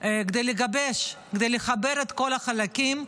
כדי לגבש ולחבר את כל החלקים.